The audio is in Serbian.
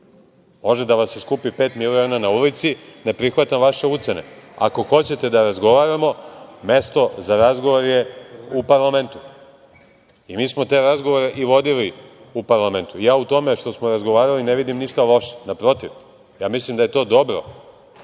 Može da vas se skupi pet miliona na ulici, ne prihvatam vaše ucene. Ako hoćete da razgovaramo, mesto za razgovor je u parlamentu i mi smo te razgovore i vodili u parlamentu. Ja, o tome što smo razgovarali, ne vidim ništa loše, naprotiv, ja mislim da je to dobro,